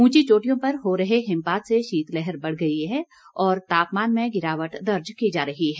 उंची चोटियों पर हो रहे हिमपात से शीतलहर बढ़ गई है और तापमान में गिरावट दर्ज की जा रही है